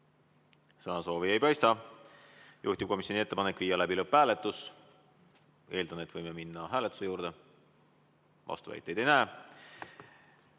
Sõnasoovi ei paista. Juhtivkomisjoni ettepanek on viia läbi lõpphääletus. Eeldan, et võime minna hääletuse juurde. Vastuväiteid ei näe.